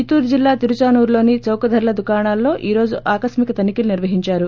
చిత్తూరు జిల్లా తిరుదానూరులోని చౌకధరల దుకాణాల్లో ఈ రోజు ఆకస్మిక తనిఖీలు నిర్వహించారు